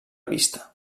vista